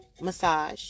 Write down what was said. massage